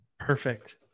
Perfect